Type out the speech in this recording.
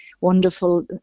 wonderful